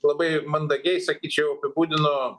labai mandagiai sakyčiau apibūdino